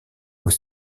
aux